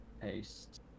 Paste